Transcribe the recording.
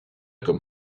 comme